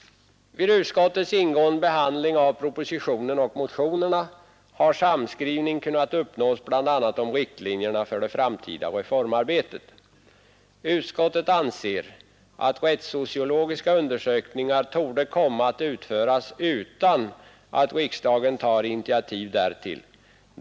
Vid utskottets ingående behandling av propositionen och motionerna har samskrivning kunnat uppnås bl.a. om riktlinjerna för det framtida reformarbetet. Utskottet anser att rättssociologiska undersökningar torde komma att utföras utan att riksdagen tar initiativ därtill.